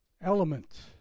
element